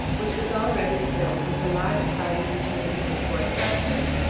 which was already filled with a large party returning from port hudson,